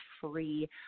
free